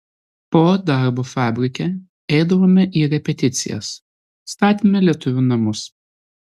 po darbo fabrike eidavome į repeticijas statėme lietuvių namus